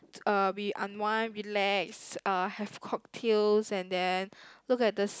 uh we unwind relax uh have cocktails and then look at the